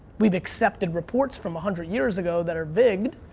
we've accepted reports from a hundred years ago that are big,